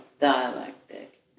dialectic